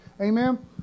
Amen